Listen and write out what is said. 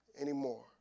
anymore